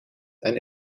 and